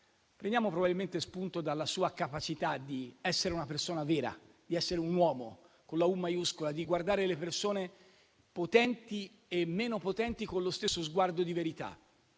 prendiamo spunto dalla sua capacità di essere una persona vera, un uomo con la u maiuscola, di guardare le persone potenti e meno potenti con lo stesso sguardo di verità.